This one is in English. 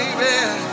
baby